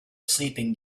sleeping